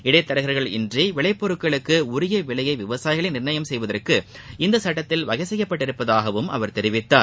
இடைத்தரகர்கள் இன்றி விளைப்பொருட்களுக்கு உரிய விலையை விவசாயிகளே நிர்ணயம் செய்வதற்கு இந்த சட்டத்தில் வகை செய்யப்பட்டிருப்பதாகவும் அவர் தெரிவித்தார்